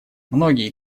многие